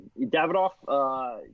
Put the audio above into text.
Davidoff